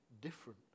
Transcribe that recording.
different